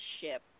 ship